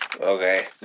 Okay